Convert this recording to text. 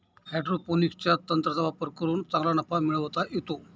हायड्रोपोनिक्सच्या तंत्राचा वापर करून चांगला नफा मिळवता येतो